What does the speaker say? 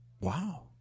Wow